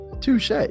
Touche